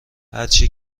هرچی